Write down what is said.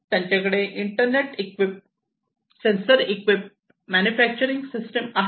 त्यांच्याकडे internet equip sensor equip manufacturing system आहेत